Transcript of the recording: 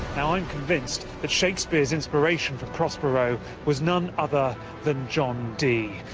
now i'm convinced that shakespeare's inspiration for prospero was none other than john dee.